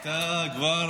אתה כבר